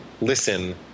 listen